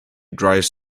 drives